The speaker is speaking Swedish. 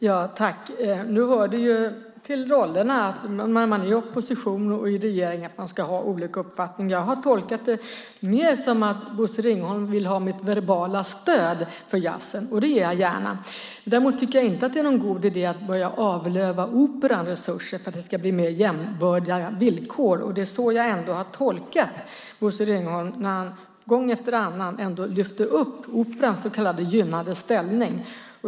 Fru talman! Nu hör det ju till rollerna när man är i opposition och i regering att man ska ha olika uppfattning. Jag har tolkat det mer som att Bosse Ringholm vill ha mitt verbala stöd för jazzen, och det ger jag gärna. Däremot tycker jag inte att det är någon god idé att börja avlöva Operans resurser för att det ska bli mer jämbördiga villkor, och det är så jag ändå har tolkat Bosse Ringholm när han gång efter annan lyfter upp Operans så kallade gynnade ställning.